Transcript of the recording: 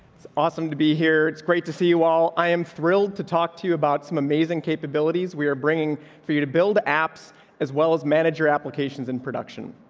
it's awesome to be here. it's great to see you. while i am thrilled to talk to you about some amazing capabilities were bringing for you to build aps as well as manager applications in production.